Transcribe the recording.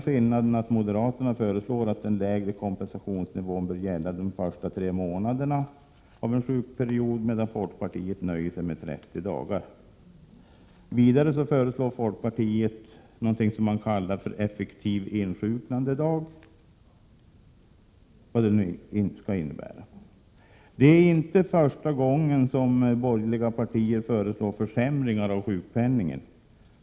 Skillnaden är att moderaterna föreslår att den lägre kompensationsnivån bör gälla de första tre månaderna av en sjukperiod, medan folkpartiet nöjer sig med 30 dagar. Vidare föreslår folkpartiet någonting som man kallar för effektiv insjuknandedag, vad det nu kan innebära. Det är inte första gången som borgerliga partier föreslår försämringar av sjukpenningen.